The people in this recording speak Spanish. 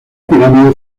pirámide